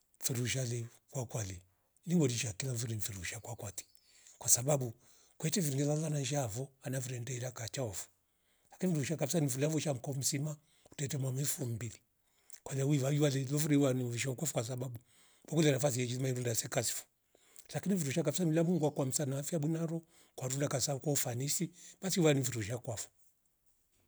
Ferushale kwa kale nimorisha kela mfirivi mfelusha kwakate kwasabu kwete viwelala naishavo ana vre ndeira kacha ofu lakini ndusha kabisa nufulavo sha komsima kuteta mwamifu mbili kwalia wi laliwa lingerivu wanu veshikwa fu kwasababu vukulia nafasi hiriji merinda sikasifo lakini virifi shaka kafisa mlenga mngwa kwa msanafia bunaralu kwa rula kasoa kwa ufani basi wanivutisha kwafo